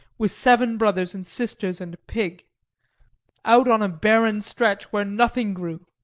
with seven brothers and sisters and a pig out on a barren stretch where nothing grew,